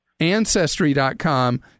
Ancestry.com